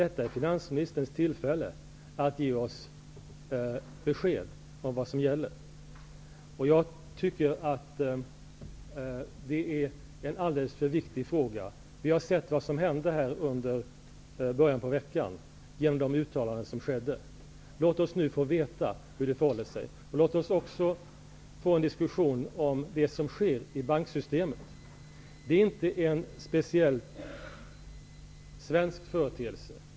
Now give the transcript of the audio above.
Detta är finansministerns tillfälle att ge oss besked om vad som gäller. Det är en viktig fråga. Vi har sett vad som hände i början av veckan genom de uttalanden som gjordes. Låt oss nu få veta hur det förhåller sig. Låt oss också få en diskussion om det som sker i banksystemet. Det är inte en speciellt svensk företeelse.